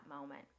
moment